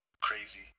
crazy